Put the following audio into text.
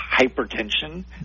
hypertension